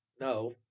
no